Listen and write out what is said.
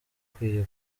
akwiye